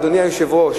אדוני היושב-ראש,